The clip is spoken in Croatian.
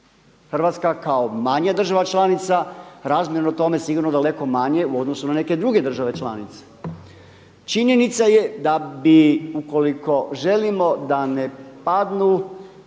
Hrvatska kao manja država članica razmjerno tome sigurno daleko manje u odnosu na neke druge države članice. Činjenica je da bi ukoliko želimo da ne padnu